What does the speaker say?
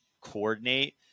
coordinate